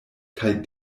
kaj